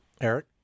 Eric